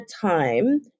time